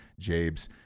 Jabes